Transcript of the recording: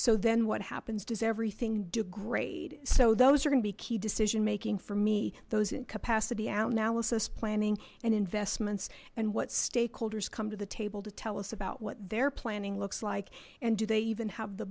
so then what happens does everything degree so those are going to be key decision making for me those incapacity out analysis planning and investments and what stakeholders come to the table to tell us about what they're planning looks like and do they even have the